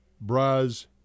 bras